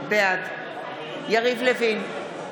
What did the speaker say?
בעד יריב לוין,